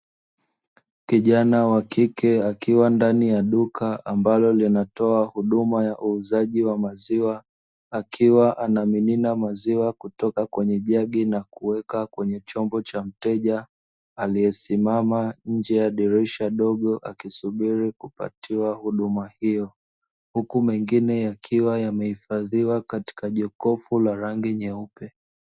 Kijana wa kike akiwa ndani ya duka ambalo linatoa huduma ya uuzaji wa maziwa, akiwa anamimina maziwa kutoka kwenye jagi na kuweka kwenye chombo cha mteja aliyesimama nje ya dirisha dogo akisubiri kupatiwa huduma hiyo. Huku mengine yakiwa yamehifadhiwa katika jokofu la rangi nyeupe.